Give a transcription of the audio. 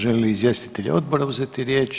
Žele li izvjestitelji odbora uzeti riječ?